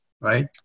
right